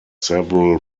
several